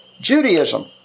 Judaism